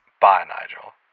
bye, nygel.